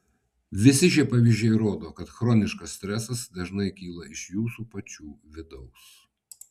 visi šie pavyzdžiai rodo kad chroniškas stresas dažnai kyla iš jūsų pačių vidaus